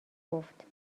گفت